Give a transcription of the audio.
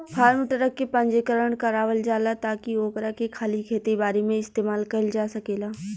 form truck के पंजीकरण करावल जाला ताकि ओकरा के खाली खेती बारी में इस्तेमाल कईल जा सकेला